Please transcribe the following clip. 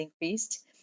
increased